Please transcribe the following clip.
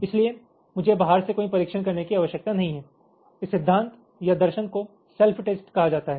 इसलिए मुझे बाहर से कोई परीक्षण करने की आवश्यकता नहीं है इस सिद्धांत या दर्शन को सेल्फ टेस्ट कहा जाता है